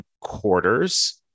quarters